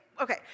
Okay